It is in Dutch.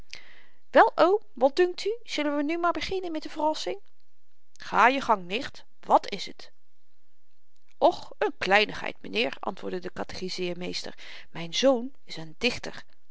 wel oom wat dunkt u zullen we nu maar beginnen met de verrassing ga je gang nicht wat is het och een kleinigheid mynheer antwoordde de katechiseermeester myn zoon is een dichter